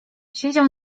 siedział